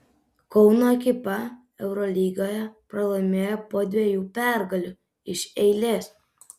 kauno ekipa eurolygoje pralaimėjo po dviejų pergalių iš eilės